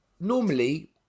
Normally